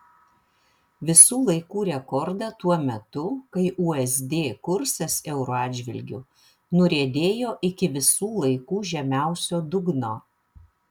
visų laikų rekordą tuo metu kai usd kursas euro atžvilgiu nuriedėjo iki visų laikų žemiausio dugno